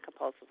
compulsively